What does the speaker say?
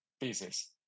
pieces